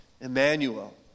Emmanuel